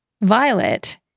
Violet